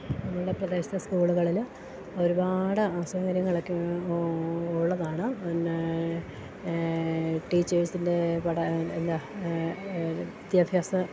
നമ്മുടെ പ്രദേശത്തേ സ്കൂളുകളിൽ ഒരുപാട് അസൗകര്യങ്ങളൊക്കെ ഉള്ളതാണ് പിന്നേ ടീച്ചേഴ്സിൻ്റെ പട എന്താ ഇത് വിദ്യാഭ്യാസ